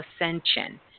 ascension